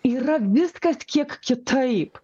yra viskas kiek kitaip